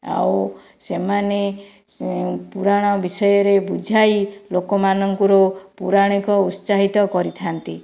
ଆଉ ସେମାନେ ପୁରାଣ ବିଷୟରେ ବୁଝାଇ ଲୋକମାନଙ୍କରୁ ପୁରାଣିକ ଉତ୍ସାହିତ କରିଥାନ୍ତି